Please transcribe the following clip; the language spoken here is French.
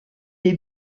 des